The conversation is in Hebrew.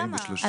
40 ו-30.